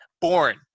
born